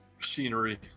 machinery